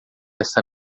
esta